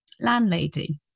landlady